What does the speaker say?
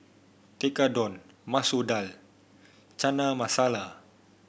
Tekkadon Masoor Dal Chana Masala